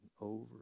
over